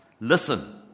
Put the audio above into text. Listen